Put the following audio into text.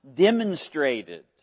demonstrated